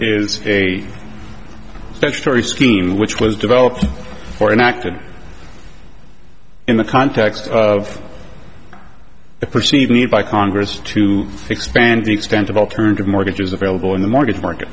is a statutory scheme which was developed for and acted in the context of the perceived need by congress to expand the extent of alternative mortgages available in the mortgage market